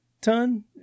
Ton